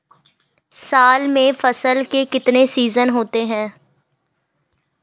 साल में फसल के कितने सीजन होते हैं?